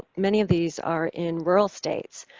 many of these are in rural states.